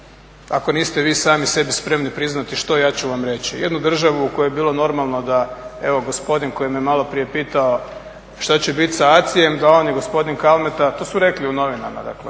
ako niste vi sami sebi spremni priznati što ja ću vam reći. Jednu državu u kojoj je bilo normalno da evo gospodin koji me malo prije pitao šta će biti sa ACI-em da on i gospodin Kalmeta, to su rekli u novinama, dakle